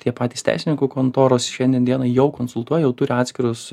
tie patys teisininkų kontoros šiandien dienai jau konsultuoja jau turi atskirus